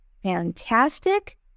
fantastic